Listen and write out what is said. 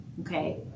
okay